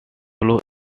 flows